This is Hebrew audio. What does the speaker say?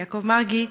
יעקב מרגי.